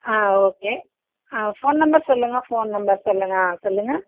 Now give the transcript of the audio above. ஆ okay ஆ phone number சொல்லுங்கள் phone number சொல்லுங்கள் ஆ சொல்லுங்கள்